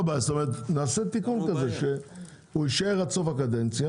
נעשה תיקון כזה שהוא יישאר עד סוף הקדנציה.